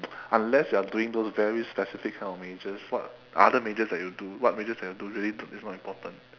unless you are doing those very specific kind of majors what other majors that you do what majors that you do really is not important